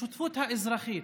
השותפות האזרחית,